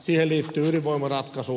siihen liittyy ydinvoimaratkaisu